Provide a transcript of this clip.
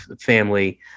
family